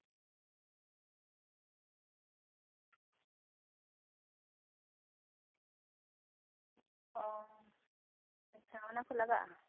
ᱚ ᱟᱪᱪᱷᱟ ᱚᱱᱟ ᱠᱚ ᱞᱟᱜᱟᱜᱼᱟ